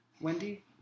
Wendy